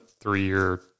three-year